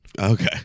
Okay